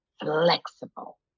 flexible